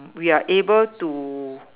we are able to